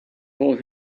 hold